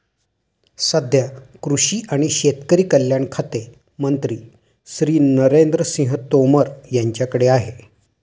सध्या कृषी आणि शेतकरी कल्याण खाते मंत्री श्री नरेंद्र सिंह तोमर यांच्याकडे आहे